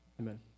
Amen